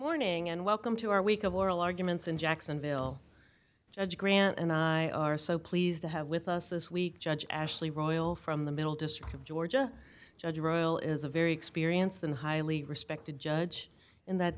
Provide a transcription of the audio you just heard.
morning and welcome to our week of oral arguments in jacksonville judge grant and i are so pleased to have with us this week judge ashley royal from the middle district of georgia judge a royal is a very experienced and highly respected judge in that